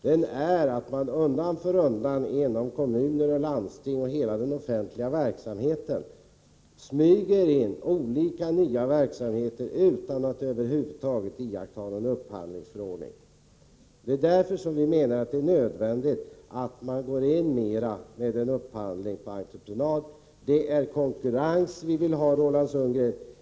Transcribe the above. Den är att man undan för undan inom kommuner och landsting och hela den offentliga verksamheten smyger in olika nya verksamheter utan att över huvud taget iaktta någon upphandlingsförordning. Det är därför som vi menar att det är nödvändigt att man mera går in med en upphandling på entreprenad. Det är konkurrens vi vill ha, Roland Sundgren.